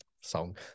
song